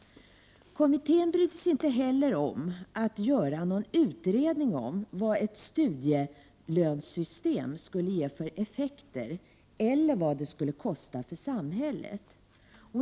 Kommittén brydde sig inte heller om att göra någon utredning av vilka effekter ett studielönesystem skulle ge eller vad det skulle kosta samhället.